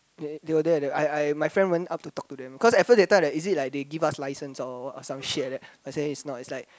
they they were there I I my friends went up to talk to them cause at first they thought like is it like they give us license or what some shit like that then I say it's not it's like